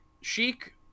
chic